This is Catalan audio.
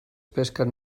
pesquen